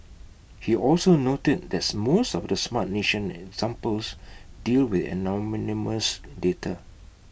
he also noted that most of the Smart Nation examples deal with data